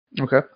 Okay